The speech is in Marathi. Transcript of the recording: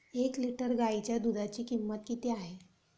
एक लिटर गाईच्या दुधाची किंमत किती आहे?